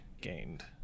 gained